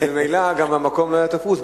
ממילא גם המקום לא היה תפוס,